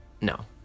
No